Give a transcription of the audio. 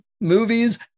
movies